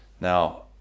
now